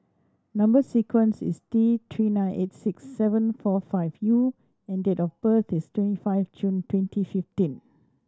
number sequence is T Three nine eight six seven four five U and date of birth is twenty five June twenty fifteen